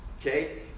Okay